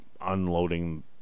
unloading